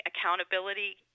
accountability